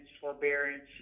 forbearance